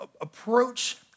approach